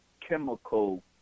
chemical